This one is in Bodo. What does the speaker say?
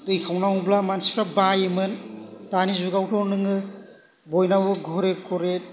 दै खावनांगौब्ला मानसिफ्रा बायोमोन दानि जुगावथ' नोङो बयनावबो घरे घरे